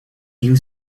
you